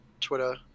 Twitter